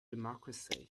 democracy